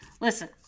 Listen